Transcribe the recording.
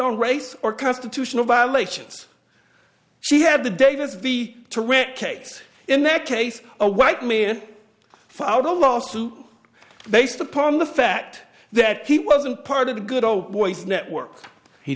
on race or constitutional violations she had the davis v tareq case in that case a white me and filed a lawsuit based upon the fact that he wasn't part of the good old boys network he